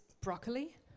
broccoli